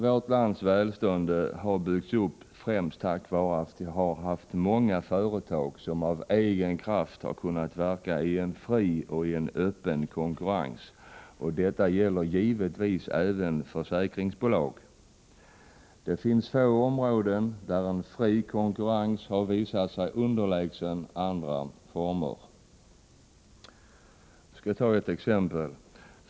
Vårt lands välstånd har byggts upp främst tack vare att vi har haft många företag som av egen kraft kunnat verka i en fri och öppen konkurrens. Detta gäller givetvis även försäkringsbolag. Det finns få områden där en fri konkurrens har visats sig underlägsen andra former. Jag skall ta ett exempel.